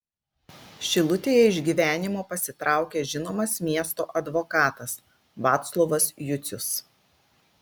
šilutėje iš gyvenimo pasitraukė žinomas miesto advokatas vaclovas jucius